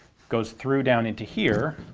goes through down into here,